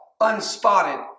unspotted